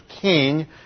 king